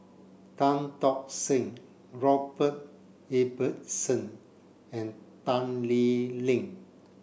Tan Tock Seng Robert Ibbetson and Tan Lee Leng